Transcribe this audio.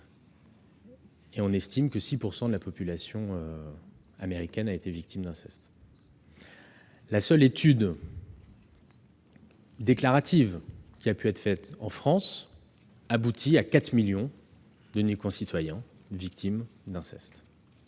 On estime que 6 % de la population américaine a été victime d'inceste. La seule étude, déclarative, qui a été faite en France conclut que 4 millions de nos concitoyens ont été victimes d'inceste,